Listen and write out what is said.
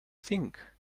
think